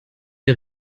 der